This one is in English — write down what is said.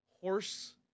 horse